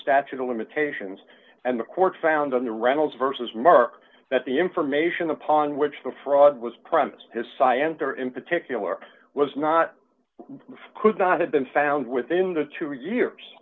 statute of limitations and the court found on the reynolds vs mark that the information upon which the fraud was premised his scienter in particular was not could not have been found within the two years